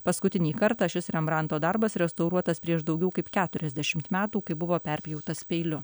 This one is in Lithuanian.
paskutinį kartą šis rembranto darbas restauruotas prieš daugiau kaip keturiasdešimt metų kai buvo perpjautas peiliu